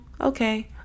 okay